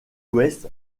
ouest